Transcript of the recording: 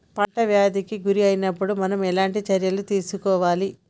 పంట వ్యాధి కి గురి అయినపుడు మనం ఎలాంటి చర్య తీసుకోవాలి?